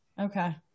Okay